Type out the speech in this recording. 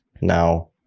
now